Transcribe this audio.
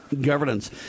governance